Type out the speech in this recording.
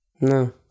no